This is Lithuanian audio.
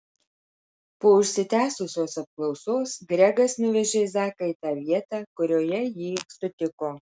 po užsitęsusios apklausos gregas nuvežė zaką į tą vietą kurioje jį sutiko